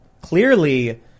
clearly